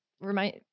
remind